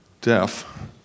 deaf